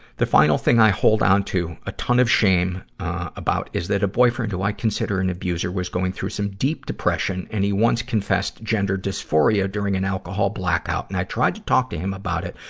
the final thing i hold on to a ton of shame about is that a boyfriend that i consider an abuser was going through some deep depression and he once confessed gender dysphoria during an alcohol blackout. and i tried to talk to him about it,